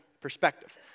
perspective